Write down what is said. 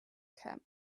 camp